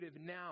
now